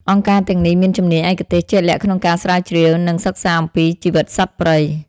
អង្គការទាំងនេះមានជំនាញឯកទេសជាក់លាក់ក្នុងការស្រាវជ្រាវ និងសិក្សាអំពីជីវិតសត្វព្រៃ។